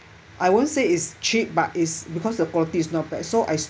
I won't say it's cheap but it's because the quality is not bad so I